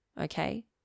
Okay